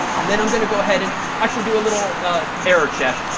and then i'm going to go ahead and actually do a little ah error check.